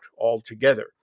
altogether